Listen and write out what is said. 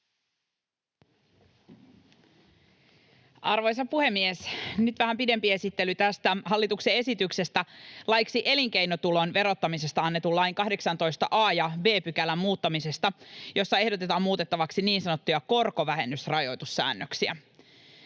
Arvoisa puhemies! Nyt vähän pidempi esittely tästä hallituksen esityksestä laiksi elinkeinotulon verottamisesta annetun lain 18 a §:n ja 18 b §:n muuttamisesta, jossa ehdotetaan muutettavaksi niin sanottuja korkovähennysrajoitussäännöksiä.